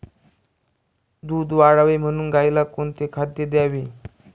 दूध वाढावे म्हणून गाईला कोणते खाद्य द्यावे?